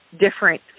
different